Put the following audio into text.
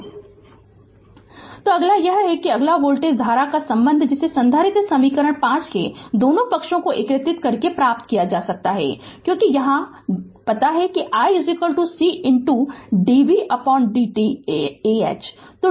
Refer Slide Time 0957 तो अगला यह है कि अगला वोल्टेज धारा का संबंध है जिसे संधारित्र समीकरण 5 के दोनों पक्षों को एकीकृत करके प्राप्त किया जा सकता है क्योंकि यहां पता है कि i c dvdt ah